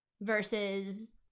versus